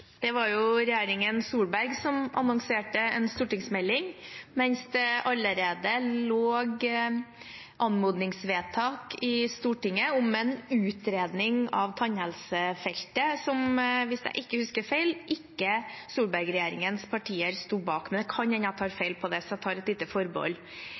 mens det allerede lå anmodningsvedtak i Stortinget om en utredning av tannhelsefeltet, som – hvis jeg ikke husker feil – Solberg-regjeringens partier ikke sto bak. Det kan hende jeg tar feil på det, så jeg tar et lite forbehold.